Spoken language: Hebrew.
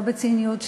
לא בציניות,